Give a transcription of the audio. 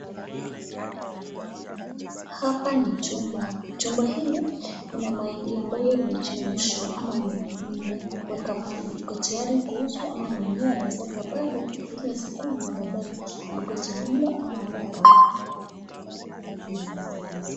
Hapa ni chumba, chumba hili kuna mahindi ambayo imechemshwa ama imewekwa pale iko tayari kuuzwa ama mwenyewe anaweza weka pale ili asukume badaye ikuwe cha mlo ama aende akauze kwa duka ili apate pesa.